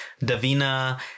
Davina